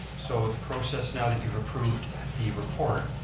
so the process now that you've approved the report,